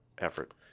effort